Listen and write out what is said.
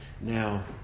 now